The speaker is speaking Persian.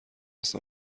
است